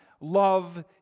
love